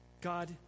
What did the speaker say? God